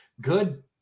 Good